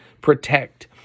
protect